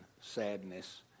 sadness